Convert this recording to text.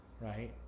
right